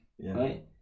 right